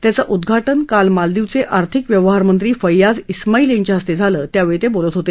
त्याचं उद्घाटन काल मालदीवचे आर्थिक व्यवहारमंत्री फय्याझ उमाईल यांच्या हस्ते झालं त्यावेळी ते बोलत होते